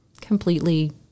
completely